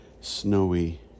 snowy